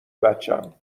بچم